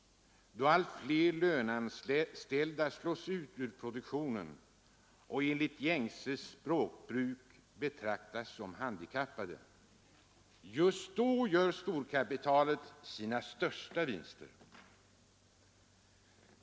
Då allt fler löneanställda slås ut ur produktionen och enligt gängse språkbruk betraktas som handikappade, då gör storkapitalet sina största vinster.